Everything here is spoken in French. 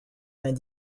vingt